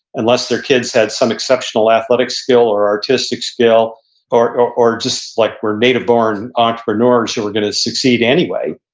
unless their kids had some exceptional athletic skill or artistic skill or or just like were native born entrepreneurs who are going to succeed anyway,